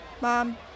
Mom